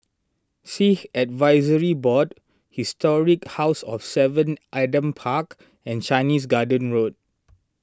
Sikh Advisory Board Historic House of Seven Adam Park and Chinese Garden Road